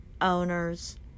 owners